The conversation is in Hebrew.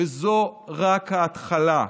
וזו רק ההתחלה,